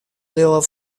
bliuwe